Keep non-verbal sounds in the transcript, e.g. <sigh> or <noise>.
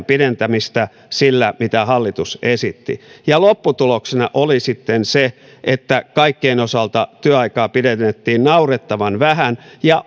<unintelligible> pidentämistä sillä mitä hallitus esitti ja lopputuloksena oli sitten se että kaikkien osalta työaikaa pidennettiin naurettavan vähän ja